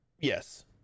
yes